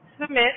submit